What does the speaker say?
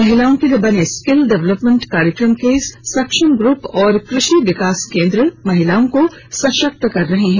महिलाओं के लिए बने स्किल डेवलपमेंट कार्यक्रम के सक्षम ग्रप और कृषि विकास केंद्र महिलाओं को सशक्त कर रहा है